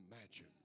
imagine